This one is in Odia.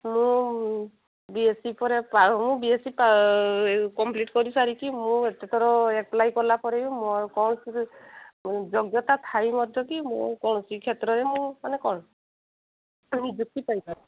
ମୁଁ ବି ଏସ ସି ପରେ ପା ମୁଁ ବି ଏସ ସି ପା କମ୍ପଲିଟ୍ କରିସାରିକି ମୁଁ ଏତେଥର ଆପ୍ଳାଏ କଲା ପରେ କ'ଣ ମୋର କୌଣସି ଯୋଗ୍ୟତା ଥାଇ ମଧ୍ୟ କି ମୁଁ କୌଣସି କ୍ଷେତ୍ରରେ ମୁଁ ମାନେ କ'ଣ ନିଯୁକ୍ତି ପାଇପାରୁନି